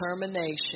determination